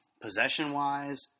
possession-wise